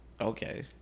Okay